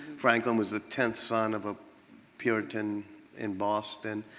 franklin was the tenth son of a puritan in boston,